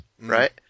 right